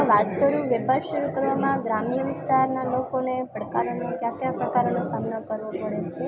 વાત કરું વેપાર શરૂ કરવામાં ગ્રામ્ય વિસ્તારના લોકોને પડકારોનો કયા કયા પડકારોનો સામનો કરવો પડે છે